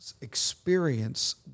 experience